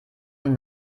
und